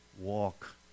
walk